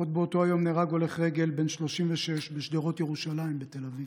עוד באותו היום נהרג הולך רגל בן 36 בשדרות ירושלים בתל אביב.